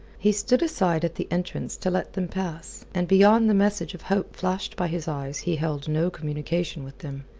he stood aside at the entrance to let them pass, and beyond the message of hope flashed by his eyes, he held no communication with them.